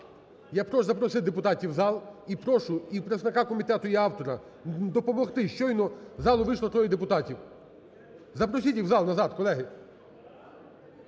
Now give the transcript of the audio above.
Я прошу запросити депутатів у зал і прошу і представника комітету, і автора допомогти, щойно з залу вийшло троє депутатів. Запросіть їх в зал назад, колеги.